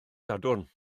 sadwrn